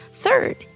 Third